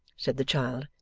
said the child,